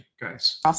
guys